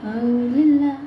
oh Laila